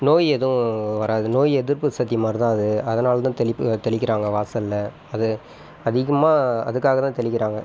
நோய் எதுவும் வராது நோய் எதிர்ப்பு சக்தி மாதிரிதான் அது அதனாலதான் தெளி தெளிக்கிறாங்க வாசலில் அது அதிகமாக அதுக்காகதான் தெளிக்கிறாங்க